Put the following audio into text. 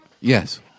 Yes